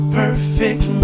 perfect